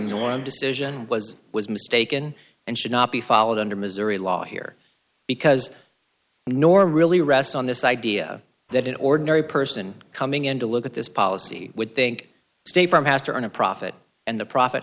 one decision was was mistaken and should not be followed under missouri law here because the norm really rests on this idea that an ordinary person coming in to look at this policy would think state farm has to earn a profit and the profit